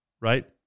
right